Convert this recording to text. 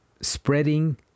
spreading